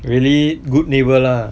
really good neighbour lah